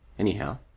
Anyhow